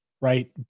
Right